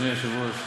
אדוני היושב-ראש,